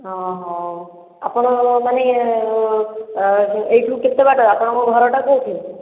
ହଁ ହଉ ଆପଣ ମାନେ ଏଇଠୁ କେତେ ବାଟ ଆପଣଙ୍କ ଘରଟା କେଉଁଠି